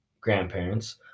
grandparents